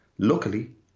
Luckily